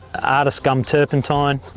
artist gum turpentine.